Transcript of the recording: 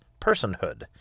personhood